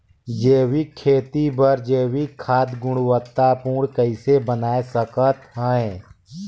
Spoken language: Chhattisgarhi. जैविक खेती बर जैविक खाद गुणवत्ता पूर्ण कइसे बनाय सकत हैं?